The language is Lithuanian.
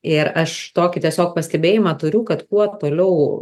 ir aš tokį tiesiog pastebėjimą turiu kad kuo toliau